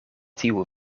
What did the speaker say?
tiu